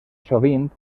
sovint